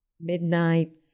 Midnight